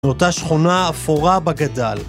באותה שכונה אפורה בה גדל